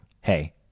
hey